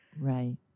Right